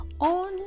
on